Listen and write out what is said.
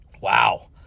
wow